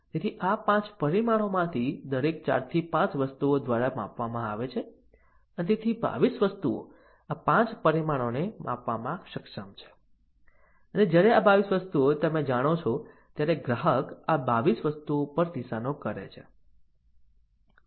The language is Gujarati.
તેથી આ 5 પરિમાણોમાંથી દરેક 4 થી 5 વસ્તુઓ દ્વારા માપવામાં આવે છે અને તેથી 22 વસ્તુઓ આ 5 પરિમાણોને માપવામાં સક્ષમ છે અને જ્યારે આ 22 વસ્તુઓ તમે જાણો છો ત્યારે ગ્રાહક આ 22 વસ્તુઓ પર નિશાનો કરે છે